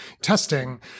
testing